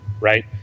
right